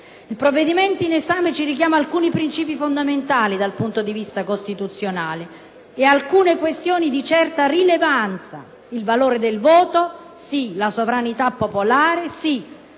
Il provvedimento in esame ci richiama alcuni principi fondamentali dal punto di vista costituzionale e alcune questioni di certa rilevanza: il valore del voto e la sovranità popolare.